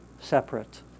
separate